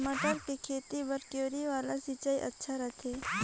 मटर के खेती बर क्यारी वाला सिंचाई अच्छा रथे?